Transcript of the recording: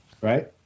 Right